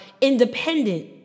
independent